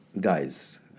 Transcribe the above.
guys